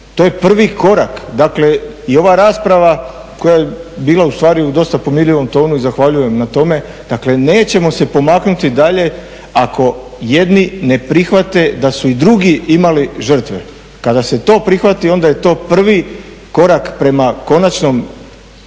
to je prvi korak. Dakle, i ova rasprava koja je bila u stvari u dosta pomirljivom tonu i zahvaljujem na tome. Dakle, nećemo se pomaknuti dalje ako jedni ne prihvate da su i drugi imali žrtve. Kada se to prihvati onda je to prvi korak prema konačnom